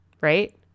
right